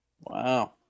Wow